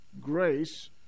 grace